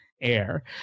air